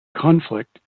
conflict